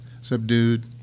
subdued